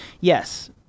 yes